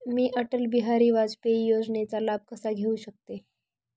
मी अटल बिहारी वाजपेयी योजनेचा लाभ कसा घेऊ शकते?